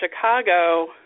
Chicago